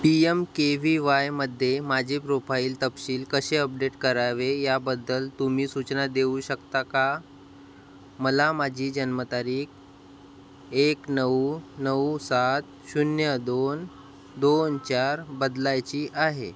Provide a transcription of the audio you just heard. P M K V वायमध्ये माझे profile तपशील कसे अपडेट करावे याबद्दल तुम्ही सूचना देऊ शकता का मला माझी जन्मतारीख एक नऊ नऊ सात शून्य दोन दोन चार बदलायची आहे